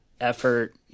effort